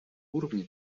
уровни